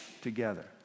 together